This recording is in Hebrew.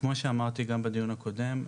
כמו שאמרתי גם בדיון הקודם,